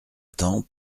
temps